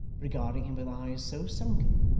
regarding him with eyes so sunken,